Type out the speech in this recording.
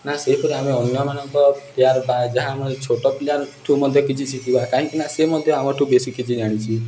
ନା ସେହିପରି ଆମେ ଅନ୍ୟମାନଙ୍କ ପ୍ଲେୟାର୍ ବା ଯାହା ଆମର ଛୋଟ ପ୍ଲେୟାର୍ଠୁ ମଧ୍ୟ କିଛି ଶିଖିବା କାହିଁକି ନା ସେ ମଧ୍ୟ ଆମଠୁ ବେଶୀ କିଛି ଜାଣିଛି